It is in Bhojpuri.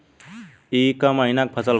ई क महिना क फसल बा?